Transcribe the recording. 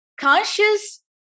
conscious